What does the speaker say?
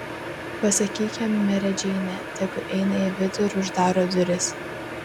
pasakyk jam mere džeine tegu eina į vidų ir uždaro duris